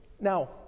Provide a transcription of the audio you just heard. Now